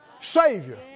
Savior